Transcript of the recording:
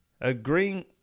agreeing